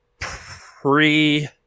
pre